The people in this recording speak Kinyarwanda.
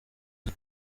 uyu